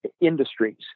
industries